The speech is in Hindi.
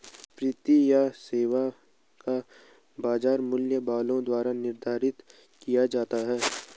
संपत्ति या सेवा का बाजार मूल्य बलों द्वारा निर्धारित किया जाता है